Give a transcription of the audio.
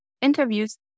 interviews